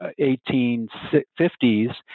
1850s